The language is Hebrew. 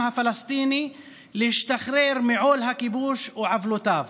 הפלסטיני להשתחרר מעול הכיבוש ועוולותיו